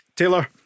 Taylor